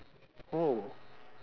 oh